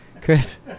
Chris